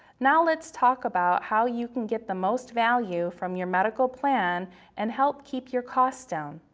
now let's talk about how you can get the most value from your medical plan and help keep your costs down.